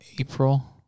April